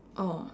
oh